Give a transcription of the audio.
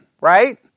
Right